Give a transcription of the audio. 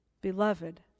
beloved